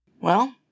Well